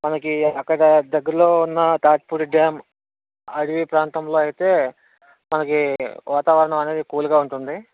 మనకి అక్కడ దగర్లో ఉన్న తాటిపూడి డ్యామ్ అడవి ప్రాంతంలో అయితే మనకి వాతావరణం అనేది కూల్గా ఉంటుంది